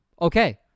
Okay